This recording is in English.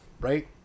right